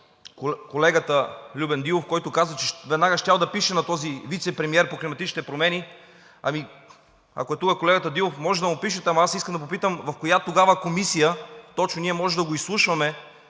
колегата Любен Дилов, който каза, че веднага щял да пише на този вицепремиер по климатичните промени. Ако е тук колегата Дилов, може да му пише, но аз искам да попитам: в коя точно комисия ние можем да изслушваме